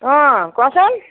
অঁ কোৱাচোন